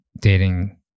dating